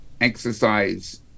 exercise